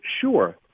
sure